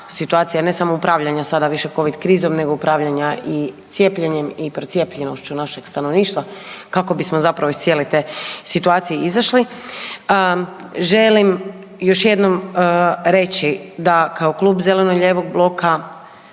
ne samo upravljanja sada više covid krizom nego upravljanja i cijepljenjem i procijepljenošću našeg stanovništva kako bismo zapravo iz cijele te situacije izašli. Želim još jednom reći da kao Klub zeleno-lijevog bloka